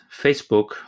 facebook